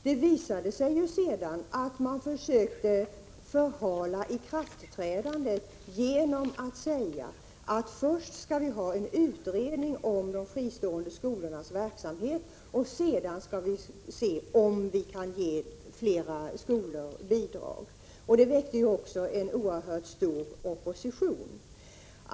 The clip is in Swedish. Det visade sig sedan att man försökte förhala ikraftträdandet genom att säga att man först skulle göra en utredning om de fristående skolornas verksamhet och sedan se om man kunde ge flera skolor bidrag. Det väckte också en oerhört stor opposition.